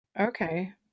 okay